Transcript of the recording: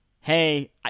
hey